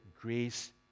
grace